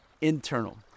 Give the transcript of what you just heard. internal